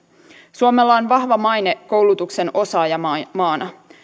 suomella on vahva maine koulutuksen osaajamaana